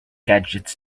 gadgets